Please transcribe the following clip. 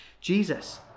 Jesus